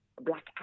black